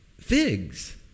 figs